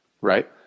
right